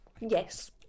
Yes